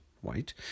white—